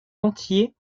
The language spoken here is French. entiers